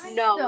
no